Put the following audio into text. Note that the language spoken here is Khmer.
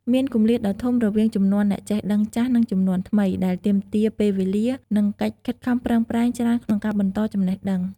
មានគម្លាតដ៏ធំរវាងជំនាន់អ្នកចេះដឹងចាស់ និងជំនាន់ថ្មី ដែលទាមទារពេលវេលា និងកិច្ចខិតខំប្រឹងប្រែងច្រើនក្នុងការបន្តចំណេះដឹង។